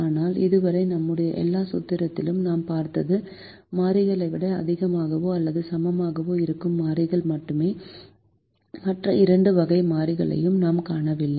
ஆனால் இதுவரை நம்முடைய எல்லா சூத்திரங்களிலும் நாம் பார்த்தது மாறிகளை விட அதிகமாகவோ அல்லது சமமாகவோ இருக்கும் மாறிகள் மட்டுமே மற்ற இரண்டு வகை மாறிகளையும் நாம் காணவில்லை